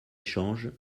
échange